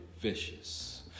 vicious